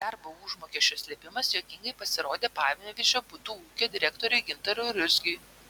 darbo užmokesčio slėpimas juokingai pasirodė panevėžio butų ūkio direktoriui gintarui ruzgiui